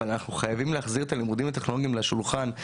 אבל אנחנו חייבים להחזיר את הלימודים הטכנולוגיים לשולחן.